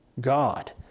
God